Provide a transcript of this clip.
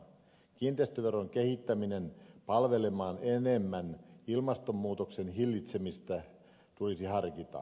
kiinteistöveron kehittämistä palvelemaan enemmän ilmastonmuutoksen hillitsemistä tulisi harkita